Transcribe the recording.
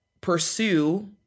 pursue